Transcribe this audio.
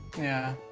yeah.